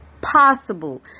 possible